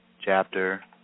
chapter